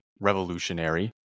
revolutionary